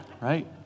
right